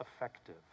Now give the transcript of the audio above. effective